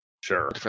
Sure